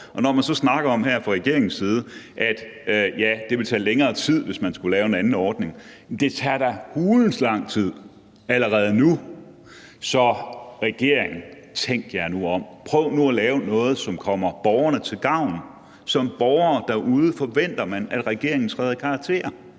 såret. Og så snakker man her fra regeringens side om, at det vil tage længere tid, hvis man skulle lave en anden ordning. Men det tager da hulens lang tid allerede nu. Så regering: Tænk jer nu om; prøv nu at lave noget, som kommer borgerne til gavn. Som borger derude forventer man, at regeringen træder i karakter